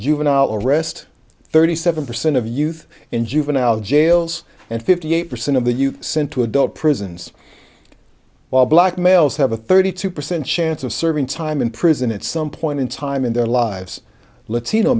juvenile arrest thirty seven percent of youth in juvenile jails and fifty eight percent of the youth sent to adult prisons while black males have a thirty two percent chance of serving time in prison at some point in time in their lives latino